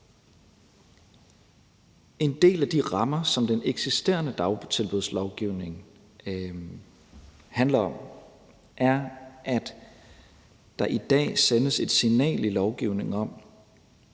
En del af de rammer, som den eksisterende dagtilbudslovgivning indeholder, er, at der i dag sendes et signal i lovgivningen om,